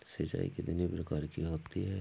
सिंचाई कितनी प्रकार की होती हैं?